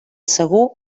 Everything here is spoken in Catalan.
segur